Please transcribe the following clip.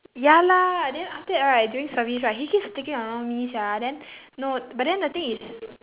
ya lah then after that right during service right he keep sticking around me sia then no but then the thing is